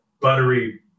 buttery